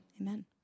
amen